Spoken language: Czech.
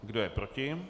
Kdo je proti?